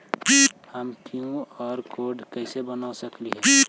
हम QR code कैसे बना सकली ही?